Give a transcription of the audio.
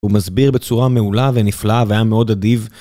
הוא מסביר בצורה מעולה ונפלאה והיה מאוד אדיב.